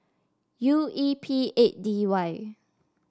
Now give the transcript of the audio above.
U E P eight D Y